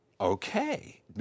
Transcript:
okay